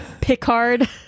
Picard